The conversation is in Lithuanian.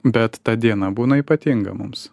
bet ta diena būna ypatinga mums